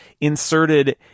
inserted